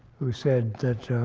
who said that